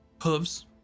hooves